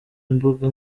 imbuga